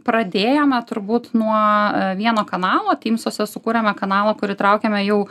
pradėjome turbūt nuo vieno kanalo tymsuose sukūrėme kanalą kur įtraukėme jau